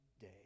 day